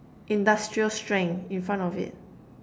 industrial strength in front of it